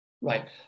right